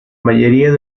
mayoría